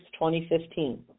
2015